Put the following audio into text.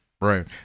Right